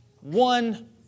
one